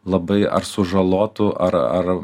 labai ar sužalotų ar ar